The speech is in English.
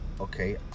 Okay